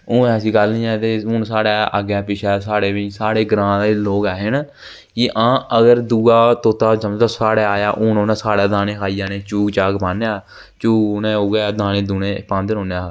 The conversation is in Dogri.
उन ऐसी गल्ल नीं ऐ हून साढ़े अग्गें पीछें साढ़ै बी साढ़े ग्रांऽ दे लोक ऐसे न आं अगर दूआ तोता साढ़े समझो साढ़ै आया हून उन साढ़ै दाने खाई आने चूग चाग पानेआं पूग उनें उयै दाने दूने पांदे रौह्ने